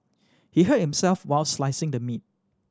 he hurt himself while slicing the meat